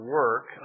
work